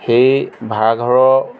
সেই ভাড়াঘৰৰ